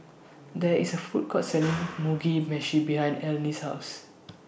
There IS A Food Court Selling Mugi Meshi behind Eleni's House